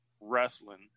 wrestling